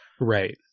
Right